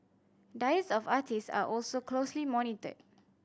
diets of artist are also closely monitored